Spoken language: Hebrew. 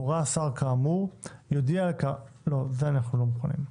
הורה השר כאמור --- לא, זה אנחנו לא מוכנים.